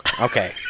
Okay